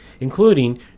including